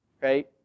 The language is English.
right